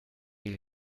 you